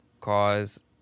cause